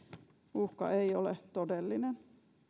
uhka ei ole todellinen